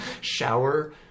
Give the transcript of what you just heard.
shower